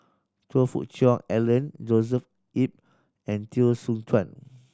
Choe Fook Cheong Alan Joshua Ip and Teo Soon Chuan